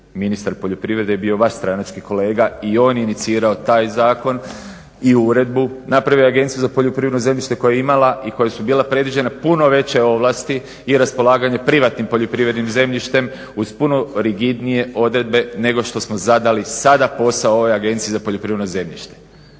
ministar poljoprivrede je bio vaš stranački kolega i on je inicirao taj zakon i uredbu, napravio je Agenciju za poljoprivredno zemljište koje je imala i kojoj su bila predviđene puno veće ovlasti i raspolaganje privatnim poljoprivrednim zemljištem uz puno rigidnije odredbe nego što smo zadali sada posao ovoj Agenciji za poljoprivredno zemljište.